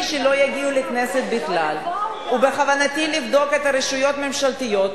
שאומר שוועדת חקירה נועדה לבצע מחקר ולמידה של הנושא.